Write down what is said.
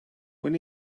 when